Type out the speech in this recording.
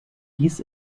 dies